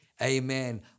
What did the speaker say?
Amen